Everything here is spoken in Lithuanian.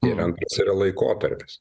ir antras yra laikotarpis